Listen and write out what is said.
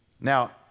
Now